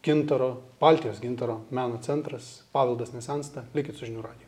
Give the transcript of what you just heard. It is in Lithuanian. gintaro baltijos gintaro meno centras paveldas nesensta likit su žinių radiju